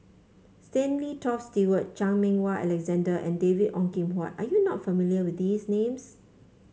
Stanley Toft Stewart Chan Meng Wah Alexander and David Ong Kim Huat are you not familiar with these names